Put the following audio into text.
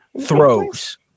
throws